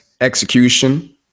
execution